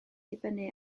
dibynnu